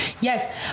yes